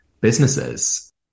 businesses